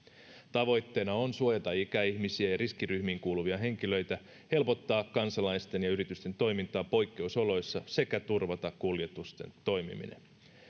tavoitteena on suojata ikäihmisiä ja riskiryhmiin kuuluvia henkilöitä helpottaa kansalaisten ja yritysten toimintaa poikkeusoloissa sekä turvata kuljetusten toimiminen